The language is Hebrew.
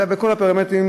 אלא בכל הפרמטרים,